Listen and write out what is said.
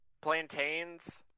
Plantains